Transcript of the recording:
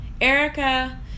Erica